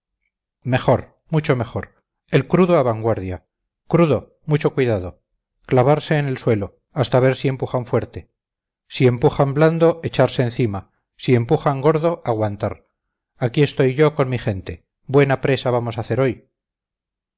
mejor mucho mejor el crudo a vanguardia crudo mucho cuidado clavarse en el suelo hasta ver si empujan fuerte si empujan blando echarse encima si empujan gordo aguantar aquí estoy yo con mi gente buena presa vamos a hacer hoy